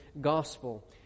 Gospel